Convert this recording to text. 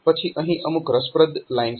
પછી અહીં અમુક રસપ્રદ લાઇન્સ છે